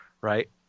right